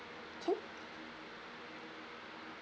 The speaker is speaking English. K